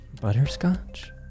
Butterscotch